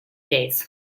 days